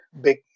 big